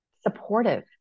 supportive